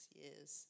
years